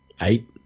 eight